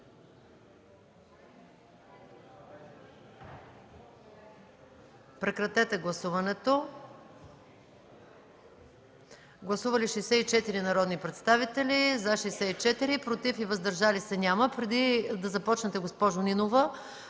Моля, гласувайте. Гласували 64 народни представители: за 64, против и въздържали се няма. Преди да започнете, госпожо Нинова,